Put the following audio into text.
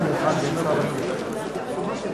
חברי הכנסת,